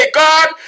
god